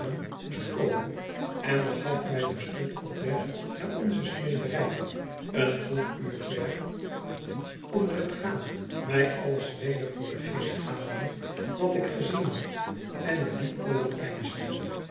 moest komen en begaf mij terstond op weg naar onze smederij een goed uurver onder het gaan mij alles weder voor den geest halende wat ik gezien had en er diep over